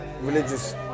religious